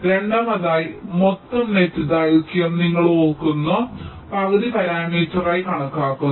രണ്ടാമതായി മൊത്തം നെറ്റ് ദൈർഘ്യം നിങ്ങൾ ഓർക്കുന്ന പകുതി പാരാമീറ്ററായി കണക്കാക്കുന്നു